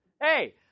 Hey